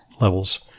levels